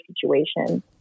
situation